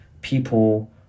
people